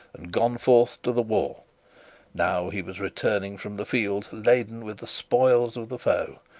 and gone forth to the war now he was returning from the field laden with the spoils of the foe.